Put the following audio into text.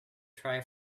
try